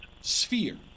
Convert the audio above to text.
sphere